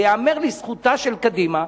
ייאמר לזכותה של קדימה,